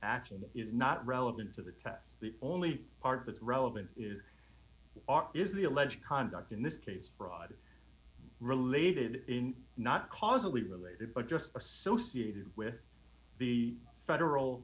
action is not relevant to the test the only part that's relevant is is the alleged conduct in this case fraud related in not causally related but just associated with the federal